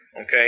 Okay